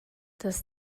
dass